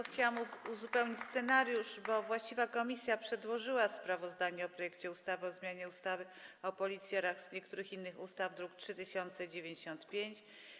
Chciałam tylko uzupełnić scenariusz, bo właściwa komisja przedłożyła sprawozdanie o projekcie ustawy o zmianie ustawy o Policji oraz niektórych innych ustaw, druk nr 3095.